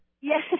Yes